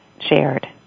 shared